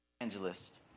evangelist